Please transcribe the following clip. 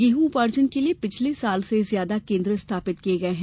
गेहूँ उपार्जन के लिये पिछले वर्ष से ज्यादा केन्द्र स्थापित किये गये हैं